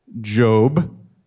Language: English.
Job